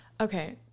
Okay